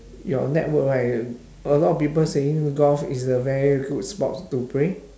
your network right a lot of people saying golf is a very good sport to play